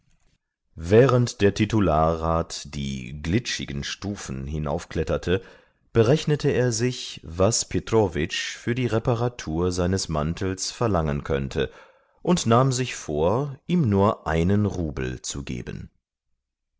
während der titularrat die glitschigen stufen hinaufkletterte berechnete er sich was petrowitsch für die reparatur seines mantels verlangen könnte und nahm sich vor ihm nur einen rubel zu geben